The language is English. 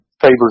favors